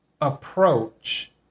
approach